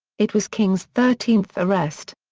it was king's thirteenth arrest.